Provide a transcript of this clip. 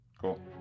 Cool